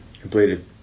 Completed